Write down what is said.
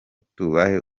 tubahe